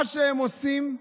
מה שהם עושים,